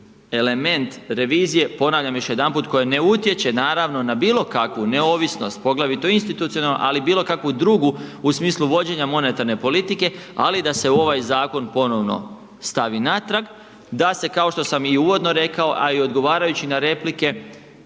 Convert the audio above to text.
element revizije, ponavljam još jedanput, koja ne utječe naravno na bilo kakvu neovisnost, poglavito institucionalnu, ali bilo kakvu drugu u smislu vođenja monetarne politike, ali da se ovaj zakon ponovno stavi natrag, da se, kao što sam i uvodno rekao, a i odgovarajući na replike,